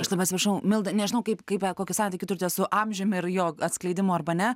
aš labai atsiprašau milda nežinau kaip kaip kokį santykį turite su amžiumi ir jo atskleidimu arba ne